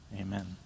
Amen